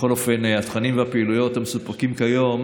בכל אופן, התכנים והפעילויות המסופקים כיום,